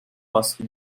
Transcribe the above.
baskı